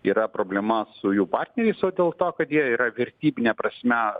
yra problema su jų partneriais o dėl to kad jie yra vertybine prasme